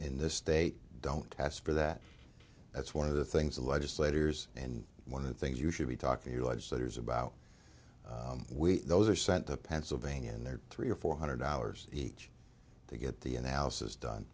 in this state don't test for that that's one of the things the legislators and one of the things you should be talking to legislators about we those are sent to pennsylvania in their three or four hundred dollars each to get the analysis done